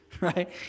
right